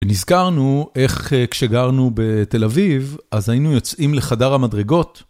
ונזכרנו איך כשגרנו בתל אביב, אז היינו יוצאים לחדר המדרגות.